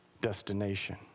destination